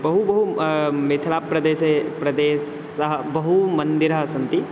बहु बहु मिथिलाप्रदेशे प्रदेशे बहूनि मन्दिराणि सन्ति